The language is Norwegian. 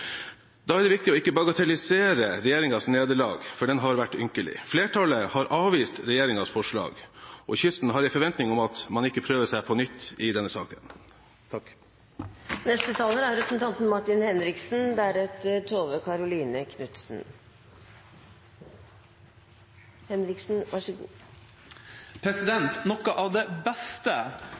Da er det viktig ikke å bagatellisere regjeringens nederlag, for den har vært ynkelig. Flertallet har avvist regjeringens forslag, og kysten har en forventning om at man ikke prøver seg på nytt i denne saken. Noe av det beste regjeringa har gjort for kysten, er